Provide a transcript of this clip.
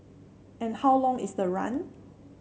and how long is the run